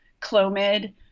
Clomid